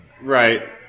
Right